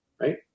right